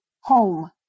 home